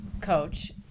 coach